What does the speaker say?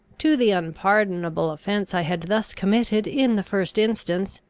to the unpardonable offence i had thus committed in the first instance,